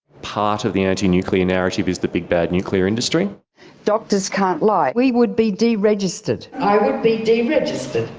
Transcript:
part of the anti-nuclear narrative is the big, bad, nuclear industry doctors can't lie. we would be deregistered. i would be deregistered.